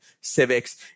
civics